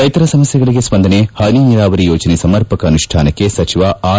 ರೈತರ ಸಮಸ್ಥೆಗಳಿಗೆ ಸ್ಪಂದನೆ ಹನಿ ನೀರಾವರಿ ಯೋಜನೆ ಸಮರ್ಪಕ ಅನುಷ್ಠಾನಕ್ಕೆ ಸಚಿವ ಆರ್